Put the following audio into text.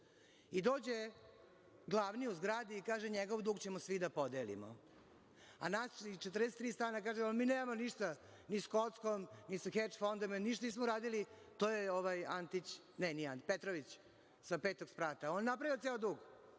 i dođe glavni u zgradi i kaže – njegov dug ćemo svi da podelimo. Nas 42 stanara kažu – mi nemamo ništa ni sa kockom, ni sa „hedž“ fondom, ništa nismo radili, to je ovaj Antić, ne Petrović sa petog sprata, on je napravio ceo dug.